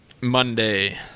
Monday